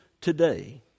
today